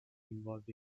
involved